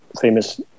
famous